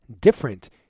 different